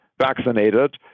vaccinated